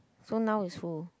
so now is who